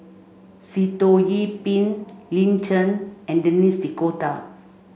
Sitoh Yih Pin Lin Chen and Denis D'Cotta